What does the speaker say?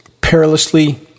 perilously